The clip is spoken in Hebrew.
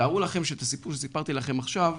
תארו לעצמכם שאת הסיפור שסיפרתי לכם עכשיו,